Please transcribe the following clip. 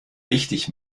wichtig